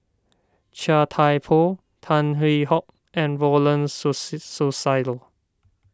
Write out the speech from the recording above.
Chia Thye Poh Tan Hwee Hock and Ronald Susilo